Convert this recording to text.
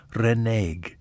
reneg